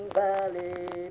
valley